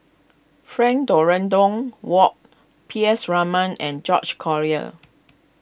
Frank Dorrington Ward P S Raman and George Collyer